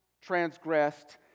transgressed